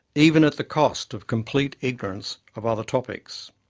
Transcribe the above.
even at the cost of complete ignorance of other topics.